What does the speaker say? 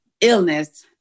illness